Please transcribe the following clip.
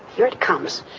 here it comes.